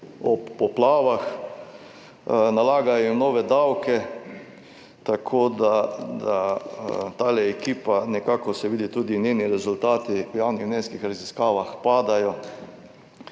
ob poplavah, nalagajo jim nove davke, tako da da ta ekipa nekako se vidi, tudi njeni rezultati v javnomnenjskih raziskavah padajo.